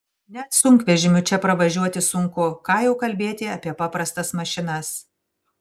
net sunkvežimiu čia pravažiuoti sunku ką jau kalbėti apie paprastas mašinas